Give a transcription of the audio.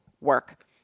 work